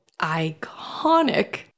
iconic